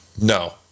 No